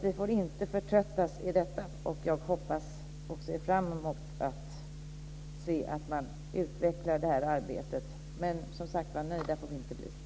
Vi får inte förtröttas i detta, och jag hoppas och ser fram emot att man utvecklar det här arbetet. Men, som sagt, nöjda får vi inte bli.